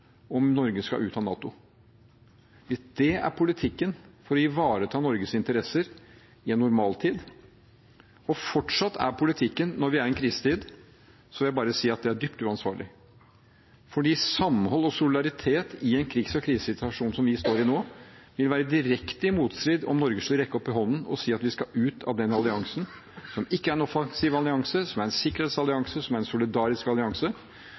om Norge skal ut av NATO. Hvis det er politikken for å ivareta Norges interesser i en normaltid og fortsatt er politikken når vi er i en krisetid, vil jeg bare si at det er dypt uansvarlig. For samhold og solidaritet i en krigs- og krisesituasjon som vi står i nå, vil være direkte i motstrid om Norge skulle rekke opp hånden og si at vi skal ut av den alliansen, som ikke er en offensiv allianse, men som er en sikkerhetsallianse, som er en solidarisk allianse.